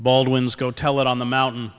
baldwin's go tell it on the mountain